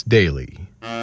Daily